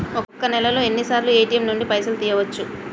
ఒక్క నెలలో ఎన్నిసార్లు ఏ.టి.ఎమ్ నుండి పైసలు తీయచ్చు?